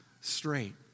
straight